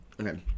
okay